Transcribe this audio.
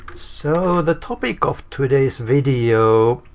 so, the topic of today's video,